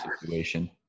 situation